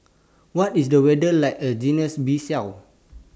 What IS The weather like A Guinea's Bissau